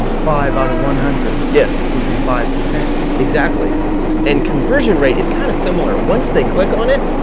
five out of one hundred, yes. would be five percent exactly and conversion rate is kind of similar. once they click on it,